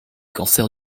cancer